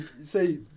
Say